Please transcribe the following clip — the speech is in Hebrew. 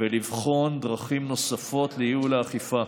ולבחון דרכים נוספות לייעול האכיפה.